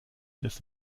des